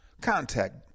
Contact